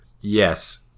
Yes